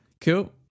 Cool